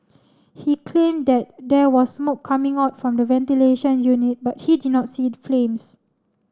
he claimed that there was smoke coming out form the ventilation unit but he did not see the flames